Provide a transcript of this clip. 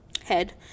head